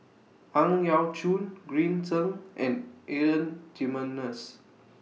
Ang Yau Choon Green Zeng and Adan Jimenez